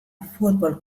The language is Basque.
futbol